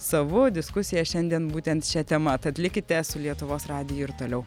savu diskusija šiandien būtent šia tema tad likite su lietuvos radiju ir toliau